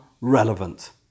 relevant